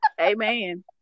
Amen